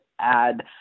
add